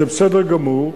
זה בסדר גמור,